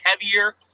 heavier